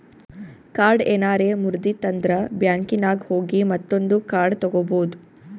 card ಏನಾರೆ ಮುರ್ದಿತ್ತಂದ್ರ ಬ್ಯಾಂಕಿನಾಗ್ ಹೋಗಿ ಮತ್ತೊಂದು ಕಾರ್ಡ್ ತಗೋಬೋದ್